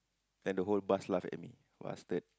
then the whole bus laugh at me bastard